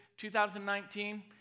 2019